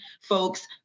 folks